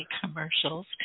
commercials